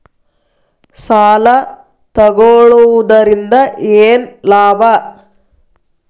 ಸಾಲ ತಗೊಳ್ಳುವುದರಿಂದ ಏನ್ ಲಾಭ?